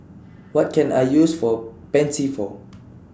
What Can I use For Pansy For